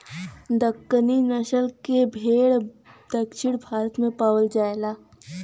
दक्कनी नसल के भेड़ दक्षिण भारत में पावल जाला